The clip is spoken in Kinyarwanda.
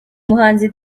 umuhanzi